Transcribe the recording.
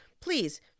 please